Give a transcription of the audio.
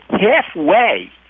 halfway